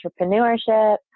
entrepreneurship